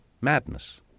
madness